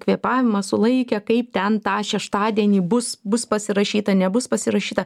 kvėpavimą sulaikę kaip ten tą šeštadienį bus bus pasirašyta nebus pasirašyta